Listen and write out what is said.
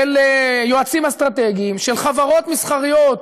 של יועצים אסטרטגיים, של חברות מסחריות,